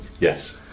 Yes